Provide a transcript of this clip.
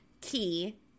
key